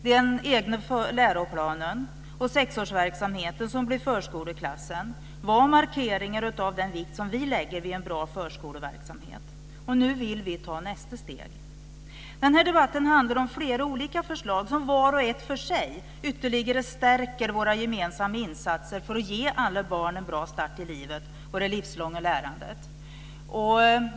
Den egna läroplanen och sexårsverksamheten som övergick till att bli förskoleklass var markeringar av den vikt vi lägger vid en bra förskoleverksamhet. Nu vill vi ta nästa steg. Den här debatten handlar om flera olika förslag som vart och ett för sig ytterligare stärker våra gemensamma insatser för att ge alla barn en bra start i livet och det livslånga lärandet.